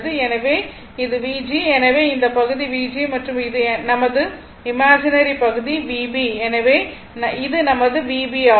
எனவே இது Vg எனவே இந்த பகுதி Vg மற்றும் இது நமது இமேஜினரி பகுதி Vb எனவே இது நமது Vb ஆகும்